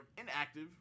inactive